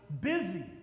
busy